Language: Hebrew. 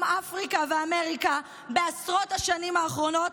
אפריקה ואמריקה בעשרות השנים האחרונות,